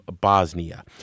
Bosnia